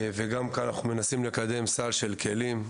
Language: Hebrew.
אנחנו מנסים לקדם סל של כלים,